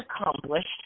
accomplished